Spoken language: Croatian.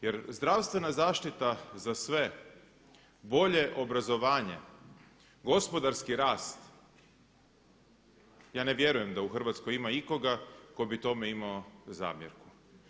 Jer zdravstvena zaštita za sve, bolje obrazovanje, gospodarski rast ja ne vjerujem da u Hrvatskoj ima ikoga tko bi tome imao zamjerku.